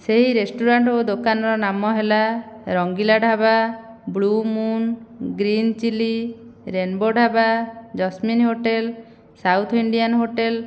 ସେହି ରେଷ୍ଟୁରାଣ୍ଟ ଓ ଦୋକାନର ନାମ ହେଲା Rangila Dhaba Blue Moon Green Chilli Rainbow Dhaba Jasmine hotel south Indian hotel